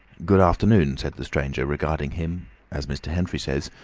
good afternoon, said the stranger, regarding him as mr. henfrey says,